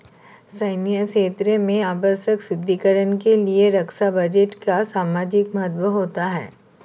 सैन्य क्षेत्र में आवश्यक सुदृढ़ीकरण के लिए रक्षा बजट का सामरिक महत्व होता है